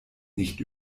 nicht